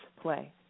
play